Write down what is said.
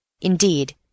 Indeed